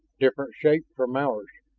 different shape from ours.